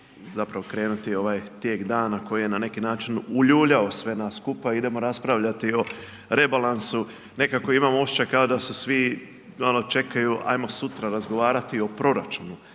zapravo krenuti ovaj tijek dana koji je na neki način uljuljao sve nas skupa idemo raspravljati o rebalansu, nekako imam osjećaj kao da su svi ono čekaju ajmo sutra razgovarati o proračunu,